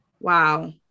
Wow